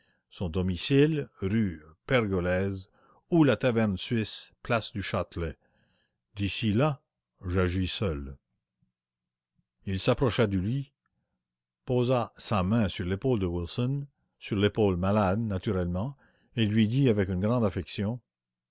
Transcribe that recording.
d'ici là j'agis seul il s'approcha du lit posa sa main sur l'épaule de wilson sur l'épaule malade naturellement et il lui dit avec une grande affection